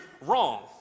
wrong